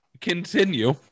continue